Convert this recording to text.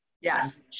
Yes